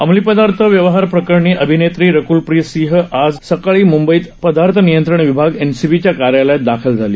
अंमली पदार्थ व्यवहार प्रकरणी अभिनेत्री रक्लप्रीत सिंह आज सकाळी मुंबईत अंमली पदार्थ नियंत्रण विभाग एनसीबीच्या कार्यालयात दाखल झाली